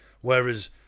Whereas